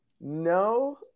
No